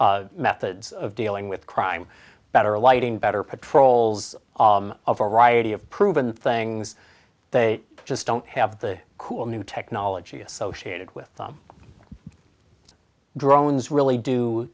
effective methods of dealing with crime better lighting better patrols of a riot of proven things they just don't have the cool new technology associated with them drones really do